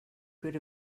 good